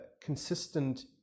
consistent